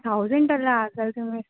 ತೌಸೆಂಡೆಲ್ಲ ಆಗಲ್ಲ ರೀ ಮ್ಯಾಮ್